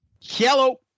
Yellow